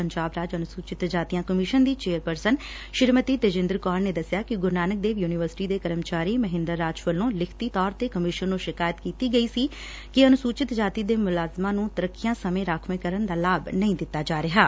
ਪੰਜਾਬ ਰਾਜ ਅਨੁਸੂਚਿਤ ਜਾਤੀਆਂ ਕਮਿਸ਼ਨ ਦੀ ਚੇਅਰਪਰਸਨ ਸ੍ਰੀਮਤੀ ਤੇਜਿੰਦਰ ਕੌਰ ਨੇ ਦਸਿਆ ਕਿ ਗੁਰੁ ਨਾਨਕ ਦੇਵ ਯੁਨੀਵਰਸਿਟੀ ਦੇ ਕਰਮਚਾਰੀ ਮਹਿੰਦਰ ਰਾਜ ਵੱਲੋਂ ਲਿਖਤੀ ਤੌਰ ਤੇ ਕਮਿਸ਼ਨ ਨੂੰ ਸ਼ਿਕਾਇਤ ਕੀਤੀ ਗਈ ਸੀ ਕਿ ਅਨੁਸੁਚਿਤ ਜਾਤੀ ਦੇ ਮੁਲਾਜਮਾਂ ਨੂੰ ਤਰਕੀਆਂ ਸਮੇਂ ਰਾਖਵੇ ਕਰਨ ਦਾ ਲਾਭ ਨਹੀਂ ਦਿੱਤਾ ਜਾ ਰਿਹੈ